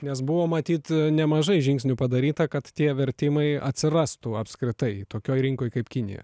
nes buvo matyt nemažai žingsnių padaryta kad tie vertimai atsirastų apskritai tokioj rinkoj kaip kinija